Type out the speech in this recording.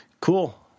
cool